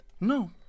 No